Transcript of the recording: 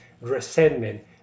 resentment